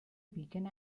weekend